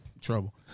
trouble